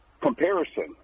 comparison